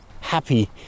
happy